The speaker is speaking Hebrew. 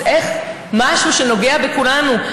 אז איך משהו שנוגע בכולנו,